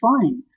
fine